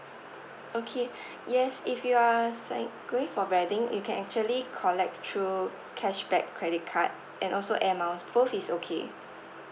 okay yes if you are sign going for you can actually collect through cashback credit card and also air miles both is okay